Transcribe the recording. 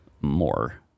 More